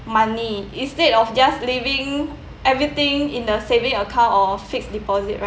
money instead of just leaving everything in a saving account or fixed deposit right